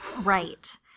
Right